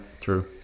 True